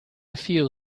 feel